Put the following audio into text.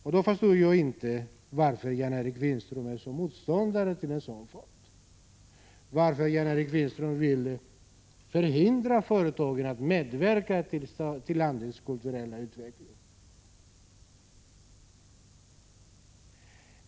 Jag förstår inte varför Jan-Erik Wikström är SÅ motståndare till en sådan fond, varför Jan-Erik Wikström vill hindra företagen från att medverka till landets kulturella utveckling.